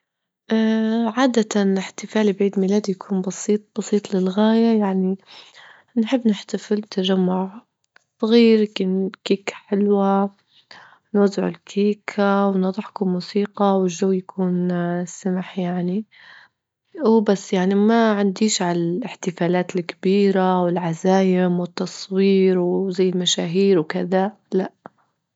عادة إحتفالي بعيد ميلادي يكون بسيط- بسيط للغاية، يعني نحب نحتفل تجمع صغير، يمكن كيك حلوة، نوزعوا الكيكة ونضعكوا موسيقى، والجو يكون سماح يعني وبس يعني، ما عنديش عالإحتفالات الكبيرة والعزايم والتصوير وزي المشاهير وكذا لا.